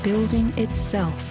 building itself